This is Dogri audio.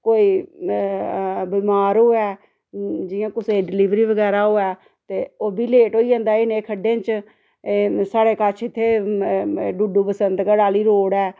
कोई बमार होऐ जियां कुसै गी डिलीवरी बगैरा होऐ ते ओह् बी लेट होई जंदा ऐ इनें खड्डें च साढ़े कश इत्थें डुडु बसंतगढ़ आह्ली रोड ऐ